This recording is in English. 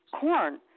corn